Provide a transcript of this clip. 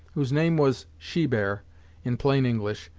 whose name was shebear, in plain english,